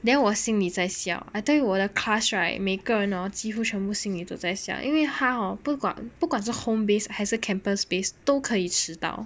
then 我心里在想 I tell you 我的 class right 每个人几乎全部心里就在想因为他 hor 不管不管是 home based 还是 campus based 都可以迟到